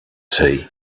tea